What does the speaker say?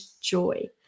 joy